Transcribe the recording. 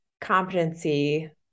competency